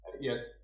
Yes